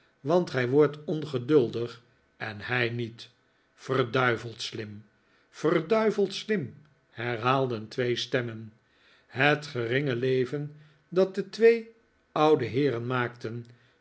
want gij wordt ongeduldig en hij niet verduiveld slim verduiveld slim herhaalden twee stemmen het geringe leven dat de twee oude heeren maakten